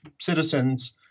citizens